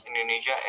Indonesia